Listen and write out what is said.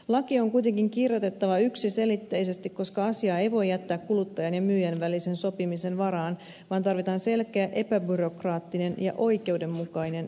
laki on kuitenkin kirjoitettava yksiselitteisesti koska asiaa ei voi jättää kuluttajan ja myyjän välisen sopimisen varaan vaan tarvitaan selkeä epäbyrokraattinen ja oikeudenmukainen järjestelmä